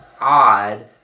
odd